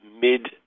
mid